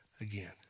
again